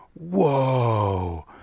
Whoa